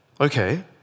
okay